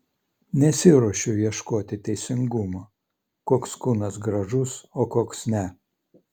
nesiruošiau ieškoti teisingumo koks kūnas gražus o koks ne